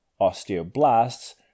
osteoblasts